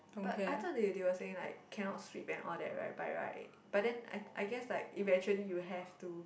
but I thought they they were saying like cannot sweep and all that right by right but then I I guess like eventually you have to